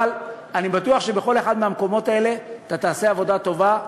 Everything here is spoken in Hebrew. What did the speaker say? אבל אני בטוח שבכל אחד מהמקומות האלה אתה תעשה עבודה טובה,